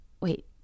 Wait